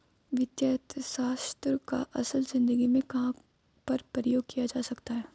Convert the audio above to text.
वित्तीय अर्थशास्त्र का असल ज़िंदगी में कहाँ पर प्रयोग किया जा सकता है?